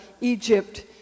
Egypt